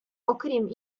окрім